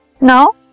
Now